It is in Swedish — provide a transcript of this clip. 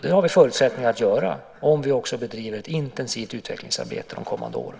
Det har vi förutsättningar att uppnå om vi också bedriver ett intensivt utvecklingsarbete under de kommande åren.